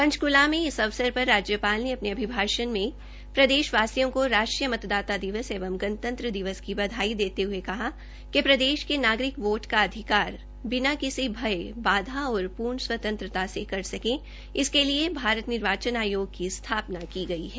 पंचकूला में इस अवसर पर राज्यपाल ने अपने अभिभाषण में प्रदेशवासियों को राष्ट्रीय मतदाता दिवस एवं गणतन्त्र दिवस की बधाई देते हुए कहा कि प्रदेश के नागरिक वोट का अधिकार बिना किसी भय बाधा और पूर्ण स्वतंत्रता से कर सके इसके लिए भारत निर्वाचन आयोग की स्थापना की गई है